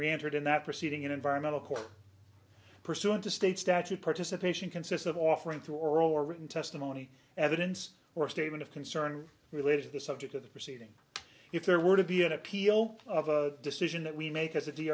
reentered in that proceeding in environmental court pursuant to state statute participation consists of offering through oral or written testimony evidence or a statement of concern related to the subject of the proceeding if there were to be an appeal of a decision that we make as a d